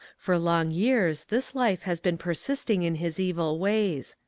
for long years this life has been persisting in his evil ways.